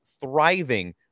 thriving